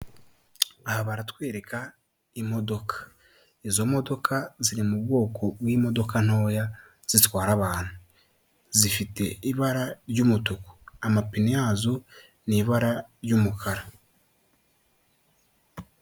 Aha baratwereka imodoka izo modoka ziri mu bwoko bw'imodoka ntoya zitwara abantu zifite ibara ry'umutuku amapine yazo ni ibara ry'umukara.